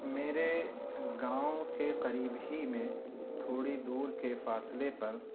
میرے گاؤں کے قریب ہی میں تھوڑی دور کے فاصلے پر